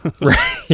Right